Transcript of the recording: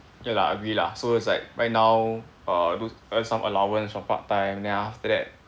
ya lah agree lah so it's like right now err go earn some allowance from part time and then after that